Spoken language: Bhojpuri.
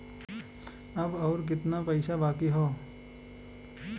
अब अउर कितना पईसा बाकी हव?